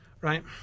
right